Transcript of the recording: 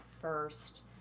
first